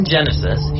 Genesis